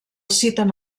citen